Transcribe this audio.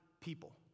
people